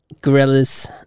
gorillas